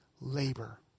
labor